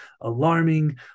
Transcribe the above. alarming